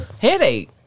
Headache